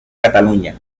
cataluña